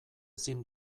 ezin